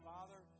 Father